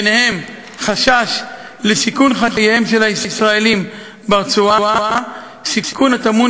ובהן חשש לסיכון חייהם של הישראלים ברצועה וסיכון הטמון